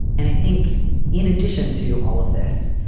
and i think in addition to all of this,